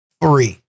three